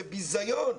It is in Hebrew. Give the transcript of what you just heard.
זה ביזיון.